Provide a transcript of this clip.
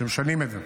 שמשנים את זה.